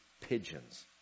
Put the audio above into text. pigeons